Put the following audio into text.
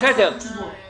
אני רוצה לתת תשובות.